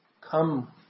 come